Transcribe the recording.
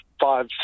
five